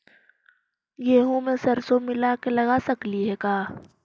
गेहूं मे सरसों मिला के लगा सकली हे का?